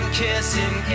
kissing